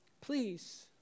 Please